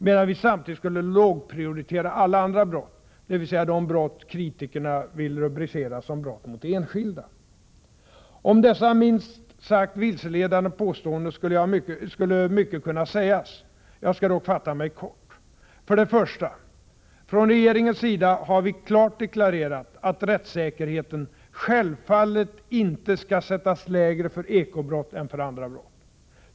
Medan vi samtidigt skulle lågprioritera alla andra brott, dvs. de brott kritikerna vill rubricera som brott mot enskilda. Om dessa minst sagt vilseledande påståenden skulle mycket kunna sägas, jag skall dock fatta mig kort. För det första: Från regeringens sida har vi klart deklarerat att rättssäkerheten självfallet inte skall sättas lägre för eko-brott än för andra brott.